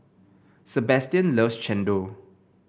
Sebastian loves chendol